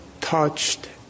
touched